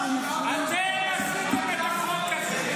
אתם עשיתם את החוק הזה.